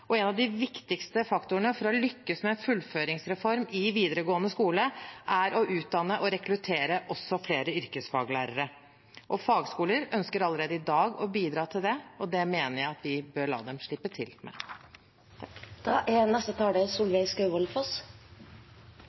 og en av de viktigste faktorene for å lykkes med en fullføringsreform i videregående skole er å utdanne og rekruttere også flere yrkesfaglærere. Fagskoler ønsker allerede i dag å bidra til det, og det mener jeg at vi bør la dem slippe til med. Jeg er